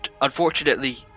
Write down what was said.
unfortunately